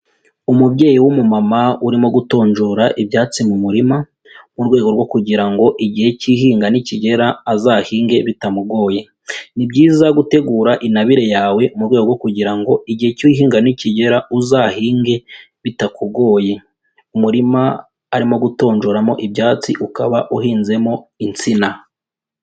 Umubyeyi w'umumama urimo gutonjora ibyatsi mu murima mu rwego rwo kugira ngo igihe cy'ihinga nikigera azahinge bitamugoye, ni byiza gutegura intabire yawe mu rwego rwo kugira ngo igihe cy'ihinga nikigera uzahinge bitakugoye, umurima arimo gutonjoramo ibyatsi ukaba uhinzemo insina.